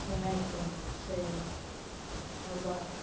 ᱥᱚᱨᱦᱟᱭᱠᱚ ᱥᱮ ᱟᱵᱚᱣᱟᱜ